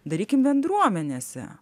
darykim bendruomenėse